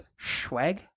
schwag